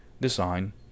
design